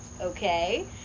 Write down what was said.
Okay